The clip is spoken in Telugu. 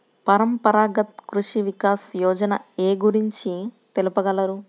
పరంపరాగత్ కృషి వికాస్ యోజన ఏ గురించి తెలుపగలరు?